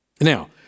Now